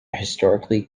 historically